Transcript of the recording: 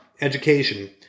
Education